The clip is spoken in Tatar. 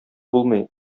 булмый